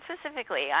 specifically